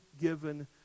given